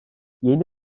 yeni